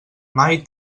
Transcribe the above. mai